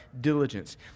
diligence